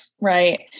Right